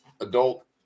Adult